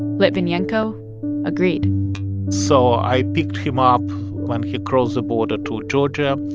litvinenko agreed so i picked him up when he crossed the border to georgia.